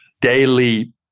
daily